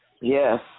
Yes